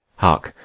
hark,